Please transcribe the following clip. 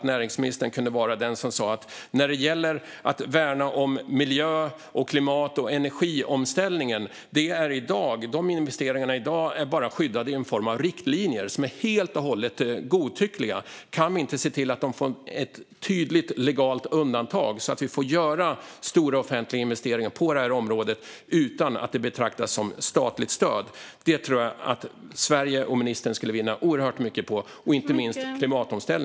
När det gäller att värna miljö-, klimat och energiomställningen är de investeringarna i dag bara skyddade i en form av riktlinjer som är helt och hållet godtyckliga. Det vore bra om näringsministern också här kunde vara den som sa: Kan vi inte se till att de får ett tydligt, legalt undantag så att vi får göra stora, offentliga investeringar på området utan att det betraktas som statligt stöd? Det tror jag att Sverige, ministern och inte minst klimatomställningen skulle vinna oerhört mycket på.